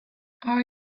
are